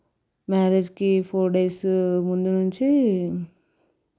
మ్యారేజ్కి four days ముందు నుంచి